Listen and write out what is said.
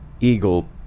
eagle